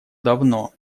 давно